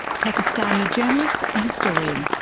pakistani journalist and historian,